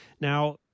Now